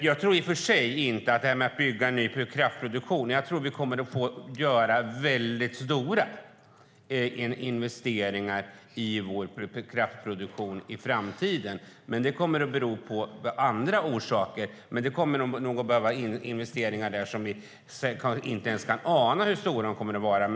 Jag tror i och för sig att vi kommer att få göra väldigt stora investeringar i vår kraftproduktion i framtiden, men det kommer att ha andra orsaker. Det kommer nog att behövas investeringar som vi inte ens kan ana hur stora de kommer att vara.